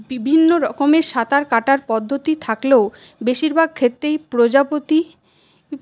বিভিন্ন রকমের সাঁতার কাটার পদ্ধতি থাকলেও বেশীরভাগ ক্ষেত্রেই প্রজাপতি